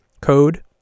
code